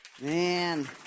Man